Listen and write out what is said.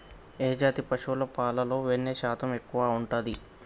ఏ జాతి పశువుల పాలలో వెన్నె శాతం ఎక్కువ ఉంటది?